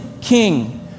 king